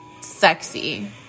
Sexy